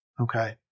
Okay